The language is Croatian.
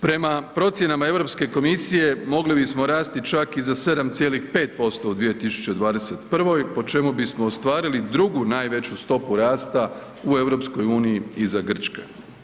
Prema procjenama EU komisije, mogli bismo rasti čak i za 7,5% u 2021. po čemu bismo ostvarili drugu najveću stopu rasta u EU iza Grčke.